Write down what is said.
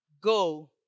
Go